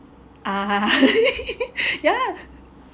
uh ya